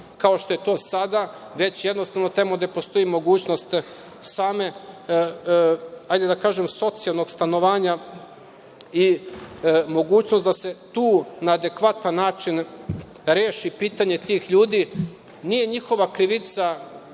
kao što je to sada, već jednostavno tamo gde postoji mogućnost socijalnog stanovanja i mogućnost da se tu na adekvatan način reši pitanje tih ljudi. Nije njihova krivica,